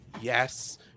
yes